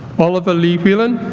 oliver lee whelan